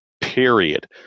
period